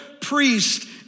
priest